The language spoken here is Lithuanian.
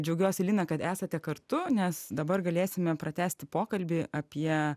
džiaugiuosi lina kad esate kartu nes dabar galėsime pratęsti pokalbį apie